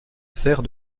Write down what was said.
sert